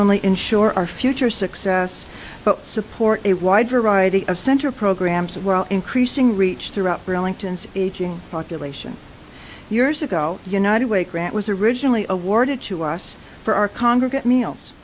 only ensure our future success but support a wide variety of center programs while increasing reach throughout relinked and aging population years ago united way grant was originally awarded to us for our congress at meals